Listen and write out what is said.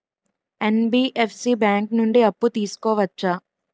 NBFC bank నుండి అప్పు తీసుకోవచ్చా?